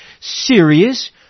Serious